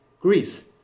Greece